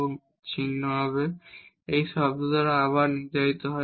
এবং চিহ্ন এই টার্ম দ্বারা নির্ধারিত হয়